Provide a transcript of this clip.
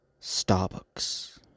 Starbucks